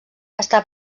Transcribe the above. està